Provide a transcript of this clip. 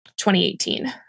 2018